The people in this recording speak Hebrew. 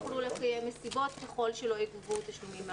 יוכלו לקיים מסיבות ככל שלא יגבו תשלומים מההורים.